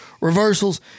reversals